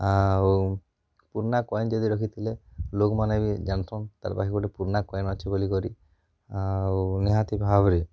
ଆଉ ପୁରୁଣା କଏନ୍ ଯଦି ରଖିଥିଲେ ଲୋକମାନେ ଏବେ ଜାଣସନ୍ ତାର ପାଖେ ଗୋଟେ ପୁରୁଣା କଏନ୍ ଅଛି ବୋଲି କରି ଆଉ ନିହାତି ଭାବରେ